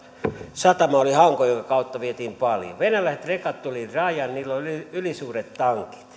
satama oli hanko jonka kautta vietiin paljon venäläiset rekat tulivat rajan yli niillä oli ylisuuret tankit ne